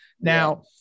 Now